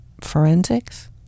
forensics